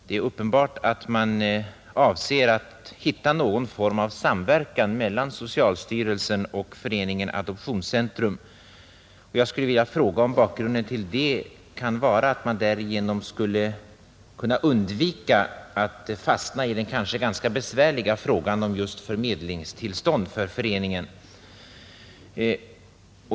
Det är uppenbart att man avser att hitta någon form av samverkan mellan socialstyrelsen och Föreningen Adoptions centrum. Jag skulle vilja fråga om bakgrunden till det kan vara att man därigenom skulle kunna undvika att fastna i den kanske ganska besvärliga frågan om just förmedlingstillstånd för föreningen.